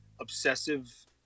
obsessive